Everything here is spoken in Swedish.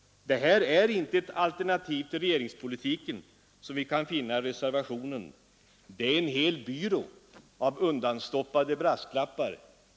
Det är inte ett alternativ till regeringspolitiken som återfinns i reservationen. Det är en hel byrå av undanstoppade brasklappar.